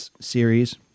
series